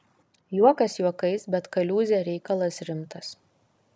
juokas juokais bet kaliūzė reikalas rimtas